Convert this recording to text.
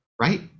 right